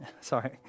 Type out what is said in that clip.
sorry